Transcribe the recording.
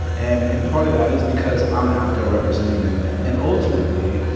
and and part of that is because i'm out there representing them, and ultimately,